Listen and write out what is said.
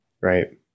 Right